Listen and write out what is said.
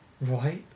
Right